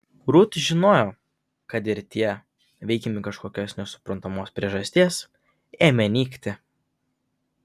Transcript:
rut žinojo kada ir tie veikiami kažkokios nesuprantamos priežasties ėmė nykti